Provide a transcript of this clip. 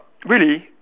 really